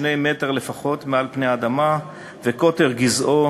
מטרים לפחות מעל פני האדמה וקוטר גזעו